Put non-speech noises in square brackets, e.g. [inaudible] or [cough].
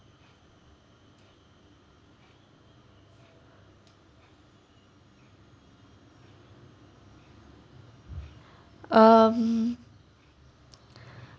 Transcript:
um [breath]